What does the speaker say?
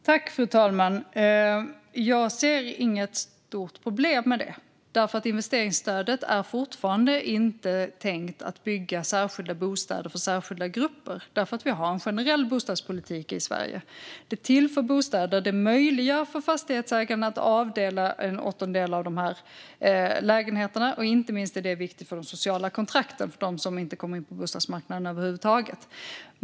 Fru talman! Jag ser inget stort problem med det. Investeringsstödet är fortfarande inte tänkt för att bygga särskilda bostäder för särskilda grupper, utan vi har en generell bostadspolitik i Sverige. Investeringsstödet tillför bostäder och möjliggör för fastighetsägarna att avdela en åttondel av lägenheterna. Det är inte minst viktigt för de sociala kontrakten för dem som inte kommer in på bostadsmarknaden över huvud taget.